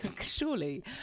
Surely